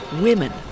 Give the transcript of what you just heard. Women